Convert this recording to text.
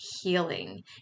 Healing